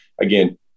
again